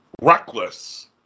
reckless